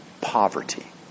poverty